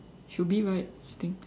should be right she think